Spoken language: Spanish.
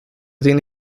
tiene